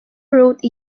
wrote